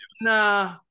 Nah